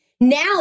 now